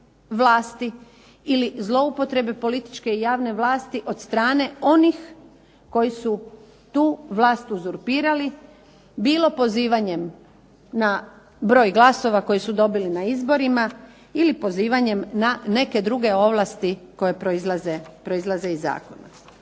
ili zloupotrebe političke i javne vlasti od strane onih koji su tu vlast uzurpirali, bilo pozivanjem na broj glasova koje su dobili na izborima ili pozivanjem na neke druge ovlasti koje proizlaze iz zakona.